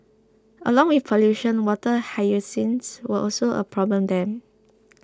along with pollution water hyacinths were also a problem then